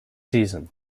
season